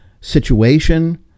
situation